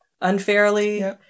unfairly